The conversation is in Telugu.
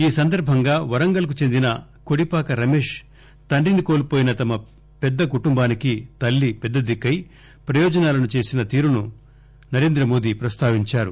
ఈ సందర్భంగా వరంగల్ కు చెందిన కోడిపాక రమేష్ తండ్రిని కోల్పోయిన తమ పెద్ద కుటుంబానికి తల్లి పెద్ద దిక్కై ప్రయోజకులను చేసిన తీరును నరేంద్రమోదీ ప్రస్తావించారు